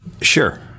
Sure